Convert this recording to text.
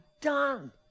done